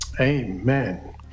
Amen